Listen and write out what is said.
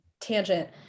tangent